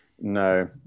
No